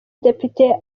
depite